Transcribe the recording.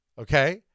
okay